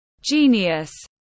Genius